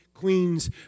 Queens